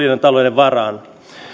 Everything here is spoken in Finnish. varaan